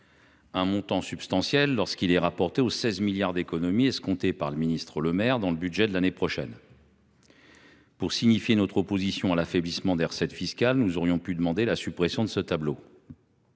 plus substantiel lorsqu’on le rapporte aux 16 milliards d’euros d’économies escomptées par le ministre Bruno Le Maire dans le budget de l’année prochaine. Pour signifier notre opposition à l’affaiblissement des recettes fiscales, nous aurions pu demander la suppression de ce tableau,